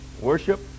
Worship